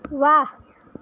ৱাহ